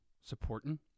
supporting